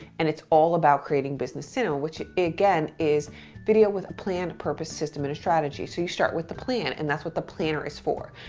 and it's all about creating business cinema, which again, is video with a plan, a purpose, system, and a strategy. so you start with the plan and that's what the planner is for,